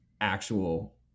actual